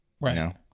Right